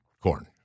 Corn